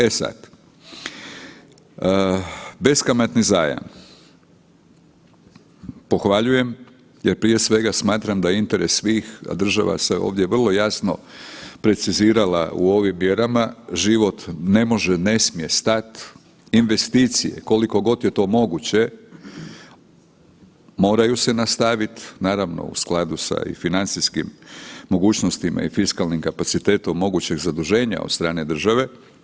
E sad, beskamatni zajam, pohvaljujem jer prije svega smatram da je interes svih država se ovdje vrlo jasno precizirala u ovim mjerama, život ne može, ne smije stat, investicije koliko god je to moguće moraju se nastaviti, naravno u skladu i sa financijskim mogućnostima i fiskalnim kapacitetom mogućeg zaduženja od strane države.